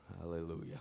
Hallelujah